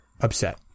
upset